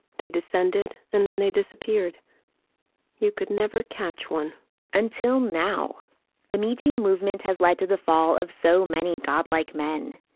they descended. and then they disappeared you could never catch one until now the meat you movement has led to the fall of so many godlike men.